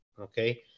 okay